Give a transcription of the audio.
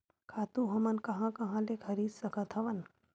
खातु हमन कहां कहा ले खरीद सकत हवन?